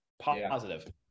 positive